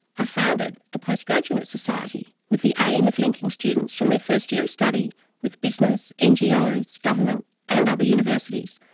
i founded a postgraduate society with the aim of linking students from their first year of study with business, ngos, government and other universities,